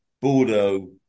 Bordeaux